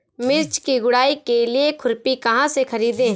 मिर्च की गुड़ाई के लिए खुरपी कहाँ से ख़रीदे?